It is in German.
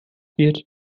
wird